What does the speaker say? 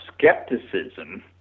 skepticism